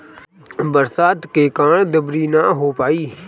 बरसात के कारण दँवरी नाइ हो पाई